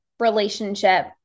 relationship